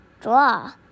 draw